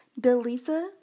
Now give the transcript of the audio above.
Delisa